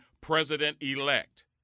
president-elect